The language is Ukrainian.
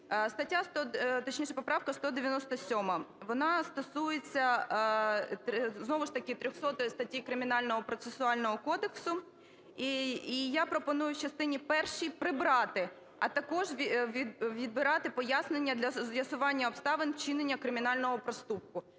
Стаття, точніше, поправка 197 вона стосується знову ж таки статті 300 Кримінально-процесуального кодексу. І я пропоную в частині першій прибрати "а також відбирати пояснення для з'ясування обставин вчинення кримінального проступку".